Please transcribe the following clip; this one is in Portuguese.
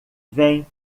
vem